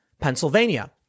Pennsylvania